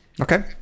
Okay